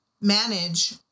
manage